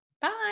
bye